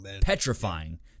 petrifying